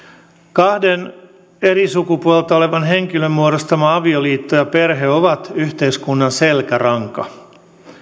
kahden eri sukupuolta olevan henkilön muodostama avioliitto ja perhe ovat yhteiskunnan selkäranka